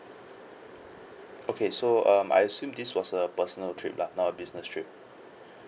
okay so um I assume this was a personal trip lah not a business trip